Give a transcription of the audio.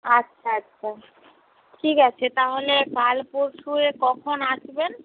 আচ্ছা আচ্ছা ঠিক আছে তাহলে কাল পরশু কখন আসবেন